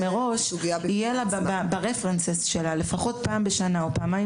מראש יהיה לה ברפרנס שלה לפחות פעם בשנה או פעמיים